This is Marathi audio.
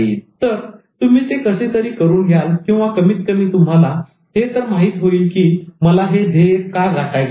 तर तुम्ही ते कसेतरी करून घ्याल किंवा कमीत कमी तुम्हाला हे तर माहीत होईल की मला हे ध्येय का गाठायचे आहे